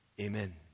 Amen